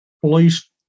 police